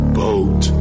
boat